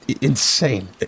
insane